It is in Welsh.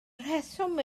rheswm